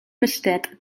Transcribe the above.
besteht